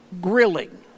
grilling